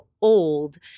old